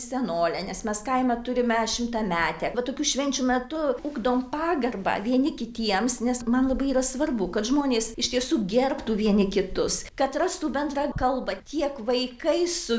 senolę nes mes kaime turime šimtametę va tokių švenčių metu ugdom pagarbą vieni kitiems nes man labai yra svarbu kad žmonės iš tiesų gerbtų vieni kitus kad rastų bendrą kalbą tiek vaikai su